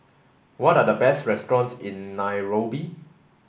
what are the best restaurants in Nairobi